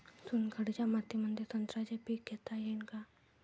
चुनखडीच्या मातीमंदी संत्र्याचे पीक घेता येईन का?